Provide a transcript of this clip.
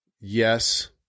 yes